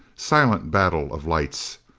silent battle of lights!